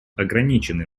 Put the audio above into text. ограничены